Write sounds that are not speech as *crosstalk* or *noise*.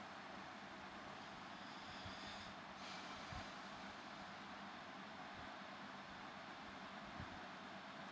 *breath*